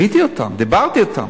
ראיתי אותם, דיברתי אתם